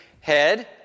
head